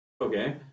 Okay